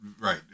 Right